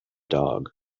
dog